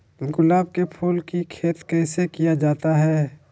गुलाब के फूल की खेत कैसे किया जाता है?